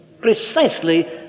precisely